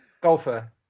golfer